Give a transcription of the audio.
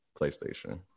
PlayStation